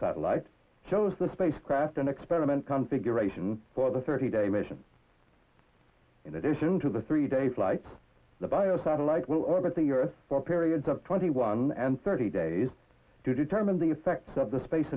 that life shows the spacecraft and experiment configuration for the thirty day mission in addition to the three day flights the bio satellite will orbit the earth for periods of twenty one and thirty days to determine the effects of the space